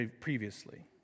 previously